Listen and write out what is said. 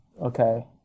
Okay